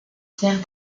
sert